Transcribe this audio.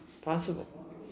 Possible